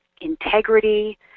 integrity